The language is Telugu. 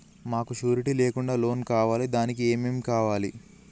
మాకు షూరిటీ లేకుండా లోన్ కావాలి దానికి ఏమేమి కావాలి?